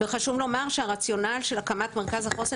וחשוב לומר שהרציונל של הקמת מרכז החוסן